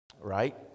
right